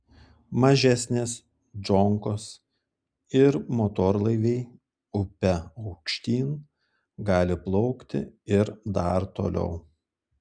mažesnės džonkos ir motorlaiviai upe aukštyn gali plaukti ir dar toliau